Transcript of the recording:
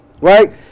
Right